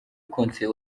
konseye